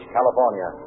California